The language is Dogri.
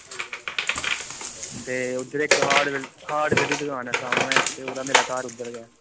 ते उद्धर हार्डवेयर दी दुकान ऐ ते मेरा घर उद्धर गै